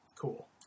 Cool